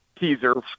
teaser